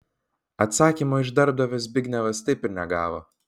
atsakymo iš darbdavio zbignevas taip ir negavo